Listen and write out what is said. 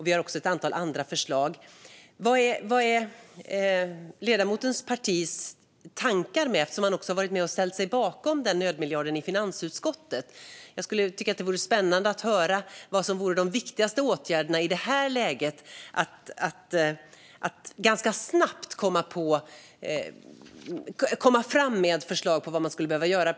Vi har också ett antal andra förslag. Vad är ledamotens partis tankar? Man har ju ställt sig bakom nödmiljarden i finansutskottet. Jag skulle tycka att det vore spännande att höra vilka åtgärder som det i detta läge är viktigast att ganska snabbt komma fram med när det gäller förslag på vad man skulle behöva göra.